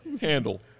handle